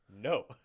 No